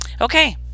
Okay